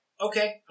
okay